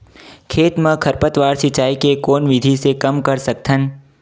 खेत म खरपतवार सिंचाई के कोन विधि से कम कर सकथन?